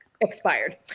expired